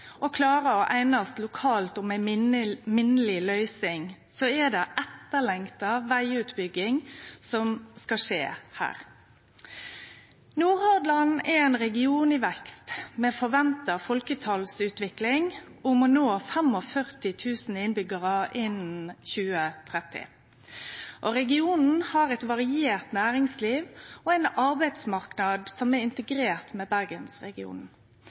og krevjande å klare å einast lokalt om ei minneleg løysing, er det ei etterlengta vegutbygging som skal skje her. Nordhordland er ein region i vekst, med ei folketalsutvikling som er venta å nå 45 000 innbyggjarar innan 2030. Regionen har eit variert næringsliv og ein arbeidsmarknad som er integrert med